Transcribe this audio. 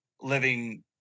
living